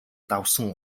давсан